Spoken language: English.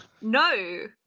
No